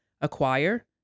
acquire